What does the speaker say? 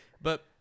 But-